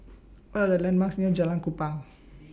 What Are The landmarks near Jalan Kupang